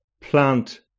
plant